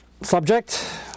subject